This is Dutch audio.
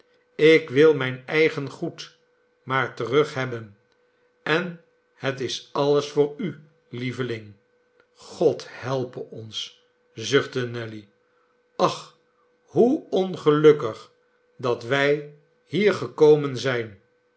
ik wil mijn eigen goed maar terug hebben en het is alles voor u lieveling god helpe ons zuchtte nelly ach hoe ongelukkig dat wij hier gekomen zijn